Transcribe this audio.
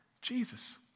Jesus